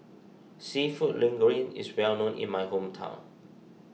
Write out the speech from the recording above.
Seafood Linguine is well known in my hometown